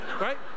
right